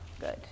Good